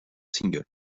single